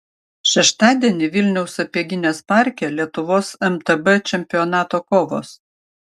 šeštadienį vilniaus sapieginės parke lietuvos mtb čempionato kovos